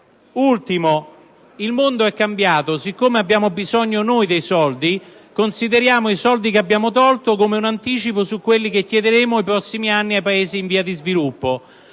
tipo: «Il mondo è cambiato: siccome abbiamo bisogno di soldi, consideriamo i soldi che abbiamo tolto come un anticipo su quelli che chiederemo nei prossimi anni ai Paesi in via di sviluppo».